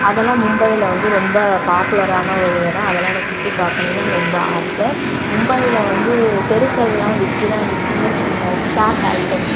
அதல்லாம் மும்பையில வந்து ரொம்ப பாப்புலரான ஒரு இடம் அதெல்லாம் எனக்கு சுற்றி பார்க்கனுன்னு ரொம்ப ஆசை மும்பையில வந்து தெருக்கள்லாம் விற்கிற அந்த சின்ன சின்ன சாட் ஐட்டம்ஸ்